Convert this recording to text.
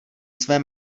své